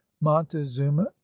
montezuma